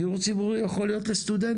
דיור ציבורי יכול להיות לסטודנטים,